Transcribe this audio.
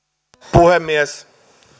puhemies